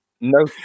no